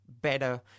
better